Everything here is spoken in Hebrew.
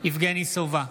יבגני סובה,